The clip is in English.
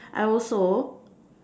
I also